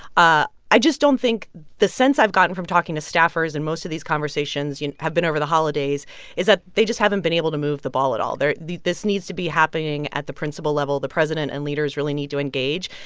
ah i just don't think the sense i've gotten from talking to staffers in most of these conversations you know have been over the holidays is that they just haven't been able to move the ball at all. this needs to be happening at the principal level. the president and leaders really need to engage.